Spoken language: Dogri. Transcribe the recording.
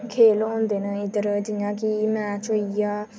खेल होंदे न इद्धर जियां कि मैच होई गेआ